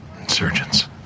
Insurgents